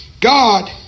God